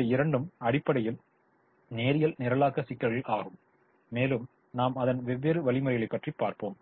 இவை இரண்டும் அடிப்படையில் நேரியல் நிரலாக்க சிக்கல்கள் ஆகும் மேலும் நாம் அதன் வெவ்வேறு வழிமுறைகளைப் பற்றி பார்ப்போம்